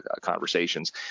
Conversations